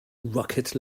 rocket